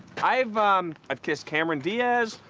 i've um i've kissed cameron diaz,